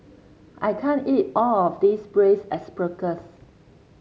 I can't eat all of this Braised Asparagus